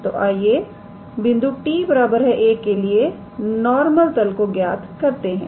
तो आइए बिंदु t1 के लिए नॉर्मल तल को ज्ञात करते हैं